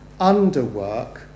underwork